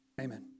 Amen